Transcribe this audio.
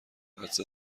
عطسه